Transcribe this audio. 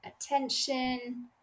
attention